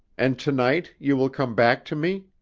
and to-night you will come back to me?